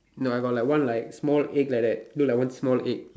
no I got like one like small egg like that look like one small egg